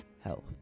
health